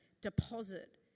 deposit